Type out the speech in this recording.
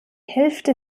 hälfte